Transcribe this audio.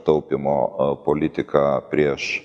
taupymo politiką prieš